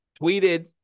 tweeted